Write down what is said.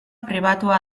pribatua